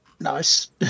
Nice